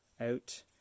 out